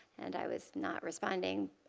and i was not responding.